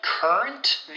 Current